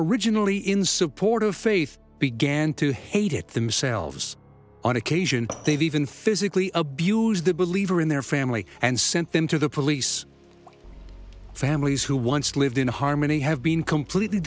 originally in support of faith began to hate it themselves on occasion they've even physically abused the believer in their family and sent them to the police families who once lived in harmony have been completely